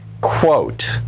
Quote